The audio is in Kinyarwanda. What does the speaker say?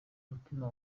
mutima